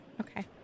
Okay